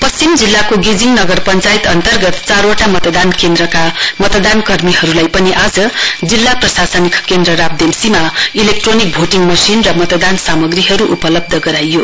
पश्चिम जिल्लाको गेजिङ नगर पश्चायत अन्तर्गत चारवटा मतदान केन्द्रका मतदान कर्मीहरुलाई पनि आज जिल्ला प्रशासनिक केन्द्र राब्देन्चीमा मतदान इलेक्ट्रोनिक भोटिङ मशिन र मतदान सामग्रीहरु उपलब्ध गराइयो